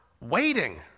waiting